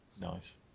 Nice